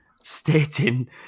stating